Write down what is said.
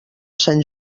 sant